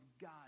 God